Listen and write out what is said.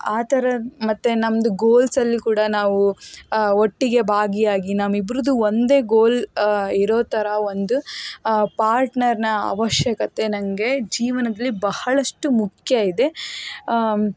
ಆ ಥರ ಮತ್ತೆ ನಮ್ಮದು ಗೋಲ್ಸ್ ಅಲ್ಲಿ ಕೂಡ ನಾವು ಒಟ್ಟಿಗೆ ಭಾಗಿಯಾಗಿ ನಮ್ಮಿಬ್ಬರದ್ದು ಒಂದೇ ಗೋಲ್ ಇರೋ ಥರ ಒಂದು ಪಾರ್ಟ್ನರ್ನ ಅವಶ್ಯಕತೆ ನನಗೆ ಜೀವನದಲ್ಲಿ ಬಹಳಷ್ಟು ಮುಖ್ಯ ಇದೆ